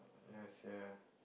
yeah sia